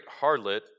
harlot